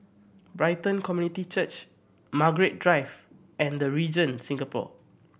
Brighton Community Church Margaret Drive and The Regent Singapore